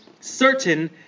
certain